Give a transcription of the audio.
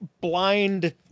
blind